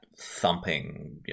thumping